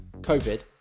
COVID